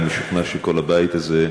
אני משוכנע שכל הבית הזה,